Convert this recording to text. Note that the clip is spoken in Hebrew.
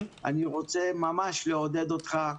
אני רוצה ממש לעודד אותך,